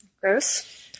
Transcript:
Gross